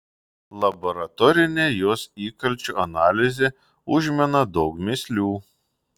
laboratorinė jos įkalčių analizė užmena daug mįslių